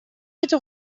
bitte